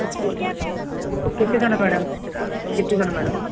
ଓ କେ ଆଉ କେତେଜଣ ମ୍ୟାଡ଼ମ୍ କେତେଜଣ ମ୍ୟାଡ଼ମ୍